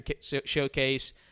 Showcase